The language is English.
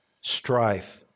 strife